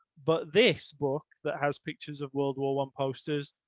but this book that has pictures of world war one, posters,